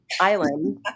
island